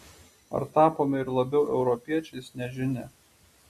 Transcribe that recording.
ar tapome ir labiau europiečiais nežinia